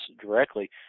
directly